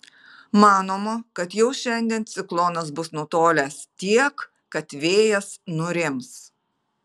manoma kad jau šiandien ciklonas bus nutolęs tiek kad vėjas nurims